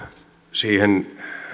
siihen